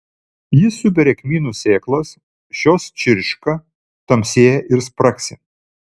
ji suberia kmynų sėklas šios čirška tamsėja ir spragsi